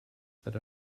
that